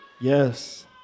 Yes